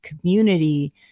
community